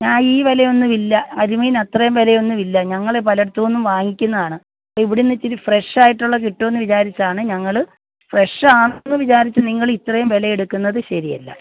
ഞാൻ ഈ വിലയൊന്നും ഇല്ല കരിമീൻ അത്രയും വിലയൊന്നും ഇല്ല ഞങ്ങൾ പലയിടത്തൂന്നും വാങ്ങിക്കുന്നതാണ് ഇവിടുന്നിച്ചിരി ഫ്രഷായിട്ടുള്ള കിട്ടുമെന്ന് വിചാരിച്ചാണ് ഞങ്ങൾ ഫ്രഷാണെന്ന് വിചാരിച്ച് നിങ്ങളിത്രയും വില എടുക്കുന്നത് ശരിയല്ല